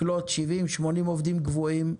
לקלוט 70 80 עובדים קבועים,